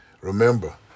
Remember